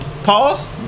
Pause